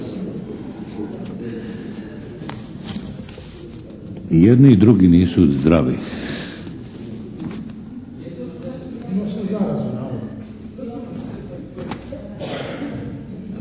jedni i drugi nisu zdravi.